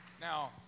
Now